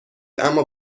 اما